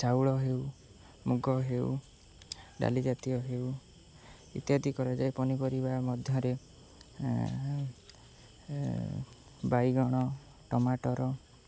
ଚାଉଳ ହେଉ ମୁଗ ହେଉ ଡାଲି ଜାତୀୟ ହେଉ ଇତ୍ୟାଦି କରାଯାଏ ପନିପରିବା ମଧ୍ୟରେ ବାଇଗଣ ଟମାଟର